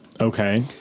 Okay